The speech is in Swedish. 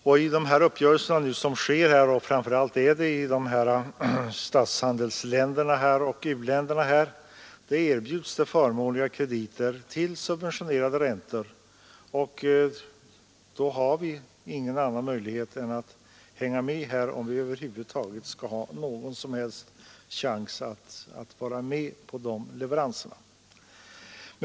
Vid de uppgörelser som träffas — det är framför allt med statshandelsländerna och med u-länderna — erbjuds det förmånliga krediter till subventionerade räntor, och då har vi ingen annan möjlighet än att följa med, om vi skall ha någon som helst chans att delta i dessa leveranser.